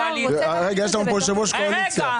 השר רוצה --- יש פה יושב-ראש קואליציה,